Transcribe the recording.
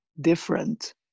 different